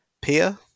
peer